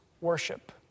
worship